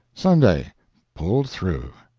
sunday pulled through.